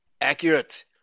accurate